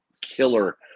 killer